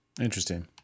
Interesting